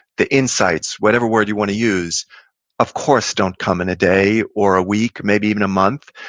the insights, whatever word you want to use of course don't come in a day or a week, maybe even a month.